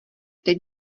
teď